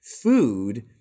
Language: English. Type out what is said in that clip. Food